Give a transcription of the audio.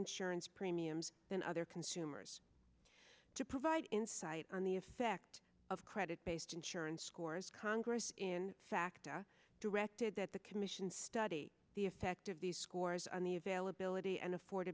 insurance premiums than other consumers to provide insight on the effect of credit based insurance scores congress in fact are directed that the commission study the effect of the scores on the availability and